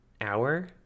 hour